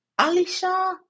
Alisha